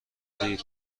دیر